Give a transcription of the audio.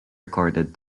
recorded